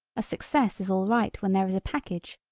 a success is alright when there is a package,